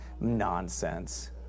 Nonsense